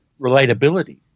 relatability